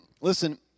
Listen